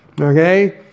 okay